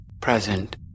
present